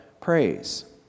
praise